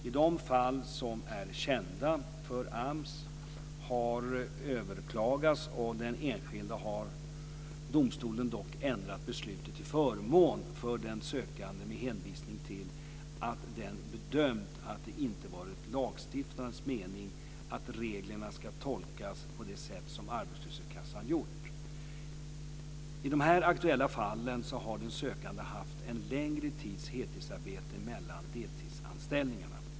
I de fall som är kända för AMS och har överklagats av den enskilde har domstolen dock ändrat beslutet till förmån för den sökande med hänvisning till att den bedömt att det inte varit lagstiftarens mening att reglerna skulle tolkas på det sätt som arbetslöshetskassan gjort. I de här aktuella fallen har den sökande haft en längre tids heltidsarbete mellan deltidsanställningarna.